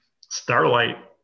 Starlight